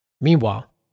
Meanwhile